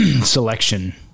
selection